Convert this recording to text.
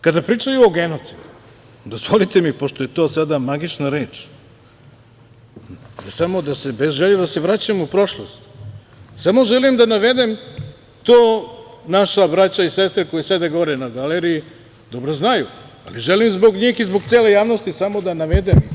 Kada pričaju o genocidu, dozvolite mi, pošto je to sada magična reč, bez želje da se vraćam u prošlost, samo želim da navedem, to naša braća i sestre koji sede gore na galeriji dobro znaju, ali želim zbog njih i zbog cele javnosti samo da navedem.